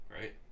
Right